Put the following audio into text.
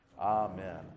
amen